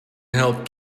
help